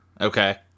Okay